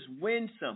winsome